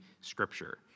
scripture